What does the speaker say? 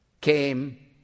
came